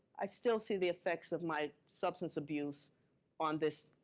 i still see the effects of my substance abuse on this.